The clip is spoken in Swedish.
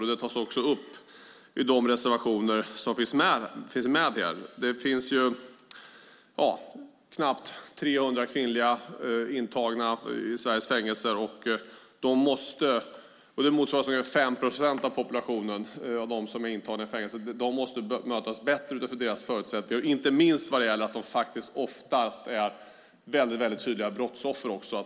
Detta tas också upp i de reservationer som finns i ärendet. Det finns knappt 300 kvinnliga intagna i Sveriges fängelser. Det motsvarar ungefär 5 procent av populationen bland de intagna i fängelserna. De måste bemötas bättre utifrån sina förutsättningar, inte minst vad gäller att de oftast också är väldigt tydliga brottsoffer.